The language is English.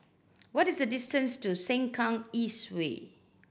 what is the distance to Sengkang East Way